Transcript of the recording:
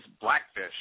Blackfish